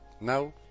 Now